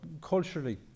culturally